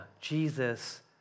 Jesus